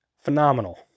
Phenomenal